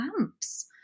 lamps